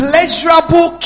Pleasurable